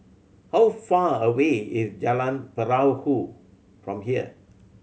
how far away is Jalan Perahu from here